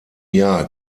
jahr